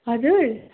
हजुर